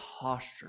posture